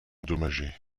endommagés